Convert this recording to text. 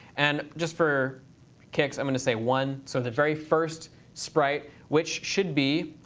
and just for kicks i'm going to say one, so the very first sprite which should be